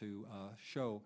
to show